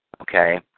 Okay